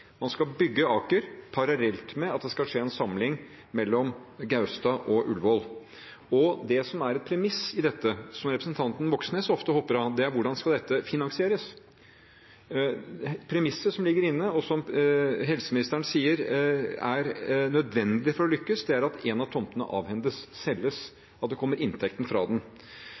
Man skal bygge Aker parallelt med at det skal skje en samling mellom Gaustad og Ullevål. Det som er et premiss i dette, som representanten Moxnes ofte hopper over, er hvordan dette skal finansieres. Premisset som ligger inne, og som helseministeren sier er nødvendig for å lykkes, er at en av tomtene avhendes, selges, at det kommer inntekter fra den.